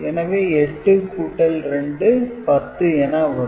எனவே 8 கூட்டல் 2 10 என வரும்